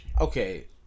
Okay